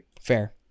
Fair